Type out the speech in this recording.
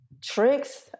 Tricks